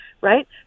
right